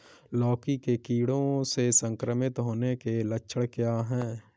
लौकी के कीड़ों से संक्रमित होने के लक्षण क्या हैं?